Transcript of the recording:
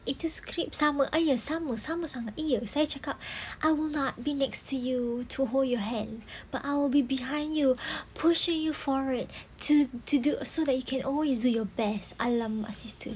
sama !aiya! sama same sangat !eeyer! saya cakap I will not be next to you to hold your hand but I'll be behind you pushing you forward to to do so that you can always do your best !alamak! sister